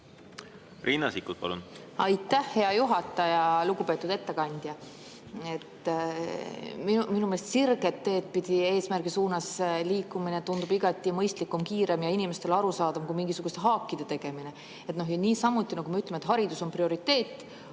Riina Sikkut, palun! Aitäh, hea juhataja! Lugupeetud ettekandja! Minu meelest sirget teed pidi eesmärgi suunas liikumine tundub igati mõistlikum, kiirem ja inimestele arusaadavam kui mingisuguste haakide tegemine. Niisamuti, kui me ütleme, et haridus on prioriteet,